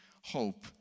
hope